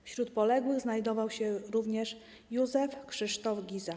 Wśród poległych znajdował się również Józef Krzysztof Giza.